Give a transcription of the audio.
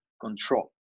control